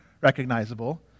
recognizable